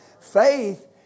Faith